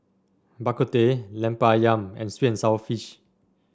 Bak Kut Teh Lemper ayam and sweet and sour fish